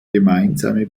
gemeinsame